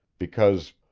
because,